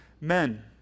men